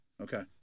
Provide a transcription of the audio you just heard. Okay